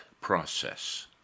process